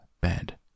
bed